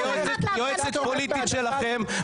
היא יועצת פוליטית שלכם,